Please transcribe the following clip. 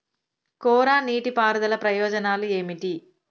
కోరా నీటి పారుదల ప్రయోజనాలు ఏమిటి?